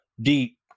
deep